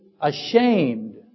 ashamed